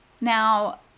Now